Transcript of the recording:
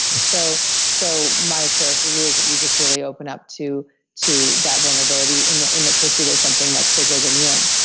so so my prayer for you is that you just really open up to to that vulnerability in the in the pursuit of something much bigger than you